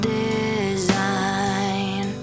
design